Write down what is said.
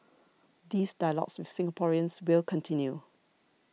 these dialogues with Singaporeans will continue